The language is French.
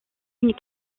une